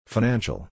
Financial